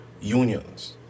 unions